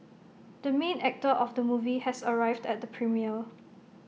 the main actor of the movie has arrived at the premiere